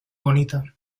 bonita